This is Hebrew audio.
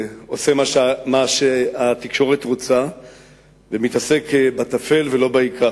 עושה מה שהתקשורת רוצה ומתעסק בטפל ולא בעיקר.